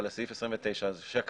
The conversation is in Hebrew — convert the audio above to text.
על סעיף 29 הקיים,